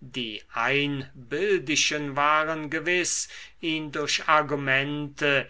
die einbildischen waren gewiß ihn durch argumente